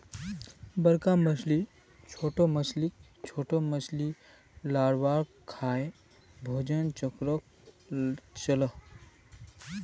बड़का मछली छोटो मछलीक, छोटो मछली लार्वाक खाएं भोजन चक्रोक चलः